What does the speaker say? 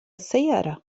السيارة